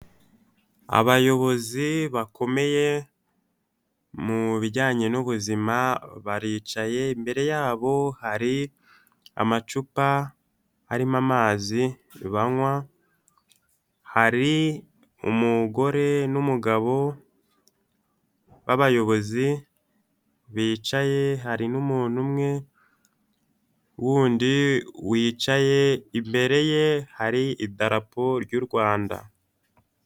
Abayobozi bakomeye mu bijyanye n'ubuzima baricaye imbere yabo hari amacupa arimo amazi banywa hari umugore n'umugabo babayobozi bicaye hari n'umuntu umwe wundi wicaye imbere ye hari idarapo ry'u rwanda.